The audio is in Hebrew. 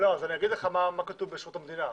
אז אני אגיד לך מה כתוב בשירות המדינה,